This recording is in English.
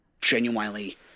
genuinely